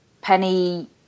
Penny